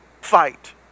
fight